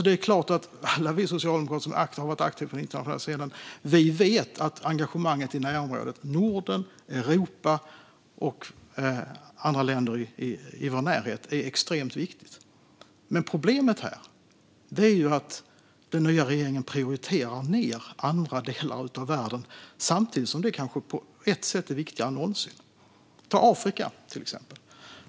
Det är klart att alla vi socialdemokrater som har varit aktiva på den internationella scenen vet att engagemanget i närområdet - Norden, Europa och andra länder i Sveriges närhet - är extremt viktigt. Problemet här är att den nya regeringen prioriterar ned andra delar av världen samtidigt som dessa delar kanske på ett sätt är viktigare än någonsin. Låt mig ta Afrika som ett exempel.